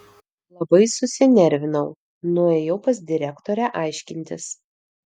labai susinervinau nuėjau pas direktorę aiškintis